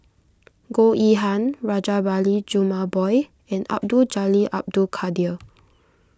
Goh Yihan Rajabali Jumabhoy and Abdul Jalil Abdul Kadir